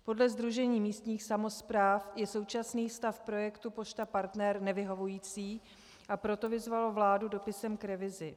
Podle Sdružení místních samospráv je současný stav projektu Pošta Partner nevyhovující, a proto vyzvalo vládu dopisem k revizi.